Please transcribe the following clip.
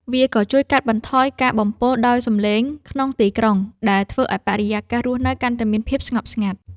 វាក៏ជួយកាត់បន្ថយការបំពុលដោយសំឡេងក្នុងទីក្រុង ដែលធ្វើឱ្យបរិយាកាសរស់នៅកាន់តែមានភាពស្ងប់ស្ងាត់។